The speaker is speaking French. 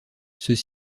ceux